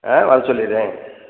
ஆ வரச்சொல்லிடுறேன்